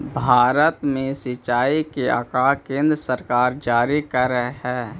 भारत में सिंचाई के आँकड़ा केन्द्र सरकार जारी करऽ हइ